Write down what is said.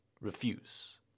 refuse